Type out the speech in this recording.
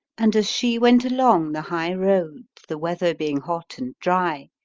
and as she went along the high road, the weather being hot and drye,